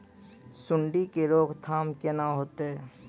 सुंडी के रोकथाम केना होतै?